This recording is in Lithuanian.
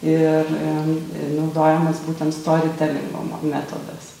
ir naudojamas būtent story telingo mo metodas